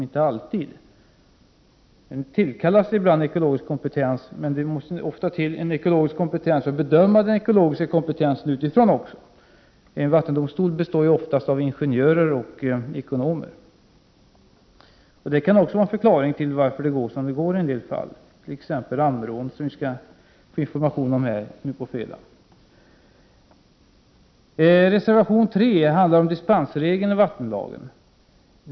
Det tillkallas ibland ekologisk kompetens, men det måste ofta till annan ekologisk kompetens för att kunna bedöma denna kompetens. En vattendomstol består ofta av ingenjörer och ekonomer. Detta kan också vara en förklaring till varför det går som det går i en del fall, t.ex. Ammerån som vi skall få information om på fredag. Reservation 3 handlar om dispensregeln i vattenlagen.